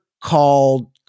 called